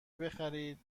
بخرید